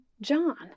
John